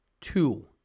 two